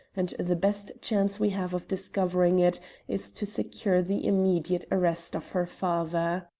and the best chance we have of discovering it is to secure the immediate arrest of her father.